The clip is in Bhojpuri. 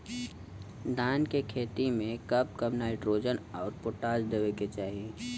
धान के खेती मे कब कब नाइट्रोजन अउर पोटाश देवे के चाही?